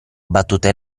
battute